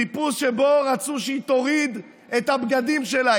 חיפוש שבו רצו שהיא תוריד את הבגדים שלה.